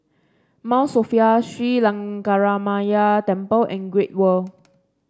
Mount Sophia Sri Lankaramaya Temple and Great World